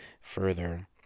further